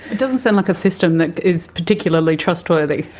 it doesn't sound like a system that is particularly trustworthy.